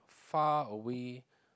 far away